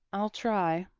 i'll try,